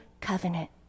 covenant